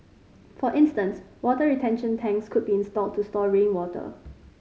for instance water retention tanks could be installed to store rainwater